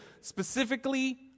specifically